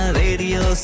radio